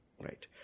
right